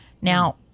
Now